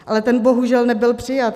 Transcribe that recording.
Ale ten bohužel nebyl přijat.